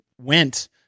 went